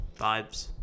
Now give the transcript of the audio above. Vibes